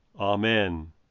Amen